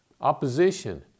opposition